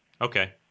Okay